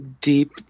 Deep